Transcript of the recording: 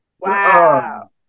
wow